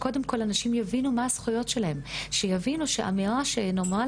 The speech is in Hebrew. שקודם כל אנשים יבינו מה הזכויות שלהם ושיבינו שהאמירה שנאמרה